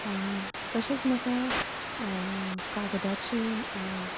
तशेंच म्हाका कागदाचे